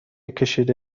کشیده